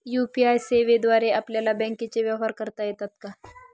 UPI सेवेद्वारे आपल्याला बँकचे व्यवहार करता येतात का?